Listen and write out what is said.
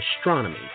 astronomy